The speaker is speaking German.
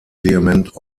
vehement